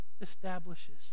establishes